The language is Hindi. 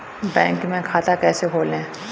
बैंक में खाता कैसे खोलें?